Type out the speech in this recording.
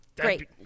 great